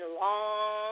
long